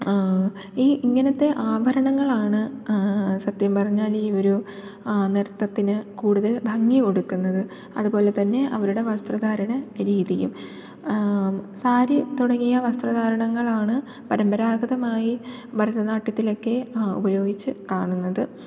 ഇങ്ങനത്തെ ആഭരണങ്ങൾ ആണ് സത്യം പറഞ്ഞാല് ഈ ഒരു നൃത്തത്തിന് കൂടുതൽ ഭംഗി കൊടുക്കുന്നത് അതുപോലെത്തന്നെ അവരുടെ വസ്ത്രധാരണ രീതിയും സാരി തുടങ്ങിയ വസ്ത്രധാരണങ്ങളാണ് പരമ്പരാഗതമായി ഭരതനാട്യത്തിലൊക്കെ ഉപയോഗിച്ച് കാണുന്നത്